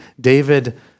David